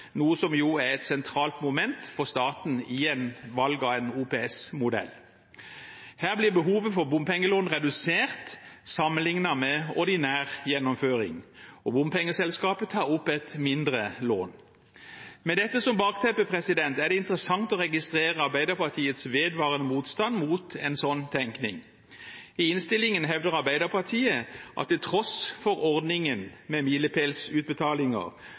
noe som er et sentralt moment for staten i valg av en OPS-modell. Her blir behovet for bompengelån redusert sammenlignet med ordinær gjennomføring, og bompengeselskapet tar opp et mindre lån. Med dette som bakteppe er det interessant å registrere Arbeiderpartiets vedvarende motstand mot en slik tenkning. I innstillingen hevder Arbeiderpartiet at til tross for ordningen med milepælsutbetalinger